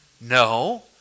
No